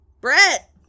Brett